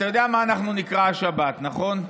אתה יודע מה אנחנו נקרא השבת, נכון?